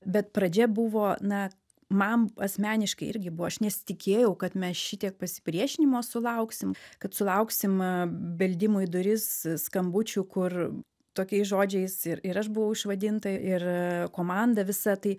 bet pradžia buvo na man asmeniškai irgi buvo aš nesitikėjau kad mes šitiek pasipriešinimo sulauksim kad sulauksim beldimų į duris skambučių kur tokiais žodžiais ir ir aš buvau išvadinta ir komanda visa tai